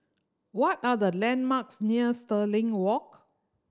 what are the landmarks near Stirling Walk